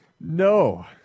No